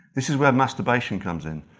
this is where masturbation comes in,